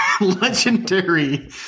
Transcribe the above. legendary